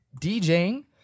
DJing